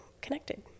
connected